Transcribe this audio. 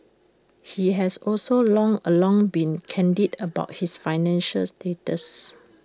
he has also long all along been candid about his financial status